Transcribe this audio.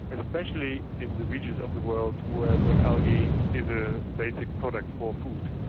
especially in the regions of the world where where algae is a basic product for food.